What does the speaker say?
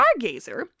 stargazer